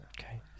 Okay